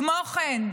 כמו כן,